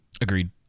agreed